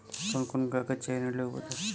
कवन कवन कागज चाही ऋण लेवे बदे?